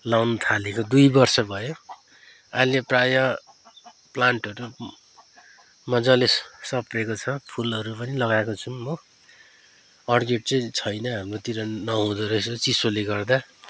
लाउनु थालेको दुई वर्ष भयो अहिले प्रायः प्लान्टहरू मज्जाले सप्रेको छ फुलहरू पनि लगाएको छौँ हो अर्किड चाहिँ छैन हाम्रोतिर नहुँदो रहेछ चिसोले गर्दा